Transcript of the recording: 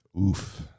Oof